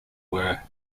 were